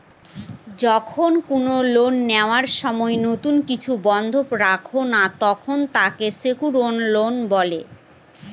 যখন কোনো লোন নেওয়ার সময় তুমি কিছু বন্ধক রাখো না, তখন তাকে সেক্যুরড লোন বলে